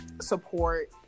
support